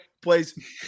plays